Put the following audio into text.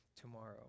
tomorrow